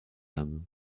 âmes